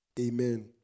Amen